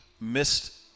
missed